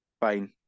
fine